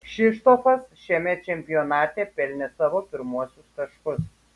kšištofas šiame čempionate pelnė savo pirmuosius taškus